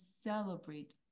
celebrate